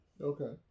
Okay